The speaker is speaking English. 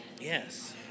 Yes